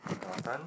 your turn